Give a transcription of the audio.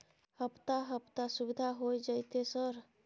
हफ्ता हफ्ता सुविधा होय जयते सर?